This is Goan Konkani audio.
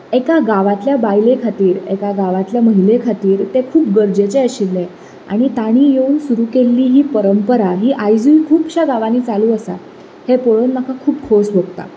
एका गांवांतल्य बायले खातीर एका गांवांतल्या महिले खातीर तें खूब गरजेचें आशिल्लें आनी तांणी येवन सुरू केल्ली ही परंपरा ही आयजूय खुबशा गांवांनी चालू आसा हें पळोवन म्हाका खूब खोस भोगता